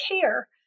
care